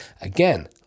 Again